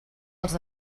els